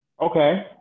Okay